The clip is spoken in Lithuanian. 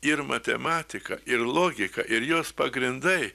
ir matematika ir logika ir jos pagrindai